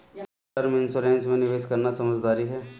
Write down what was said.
क्या term insurance में निवेश करना समझदारी है?